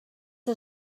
que